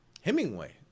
hemingway